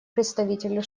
представителю